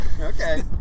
Okay